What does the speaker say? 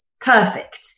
perfect